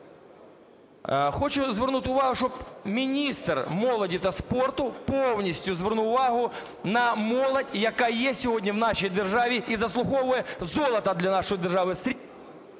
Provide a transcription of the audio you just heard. Хочу звернути увагу, щоб міністр молоді та спорту повністю звернув увагу на молодь, яка є сьогодні в нашій державі і заслуговує золото для нашої держави.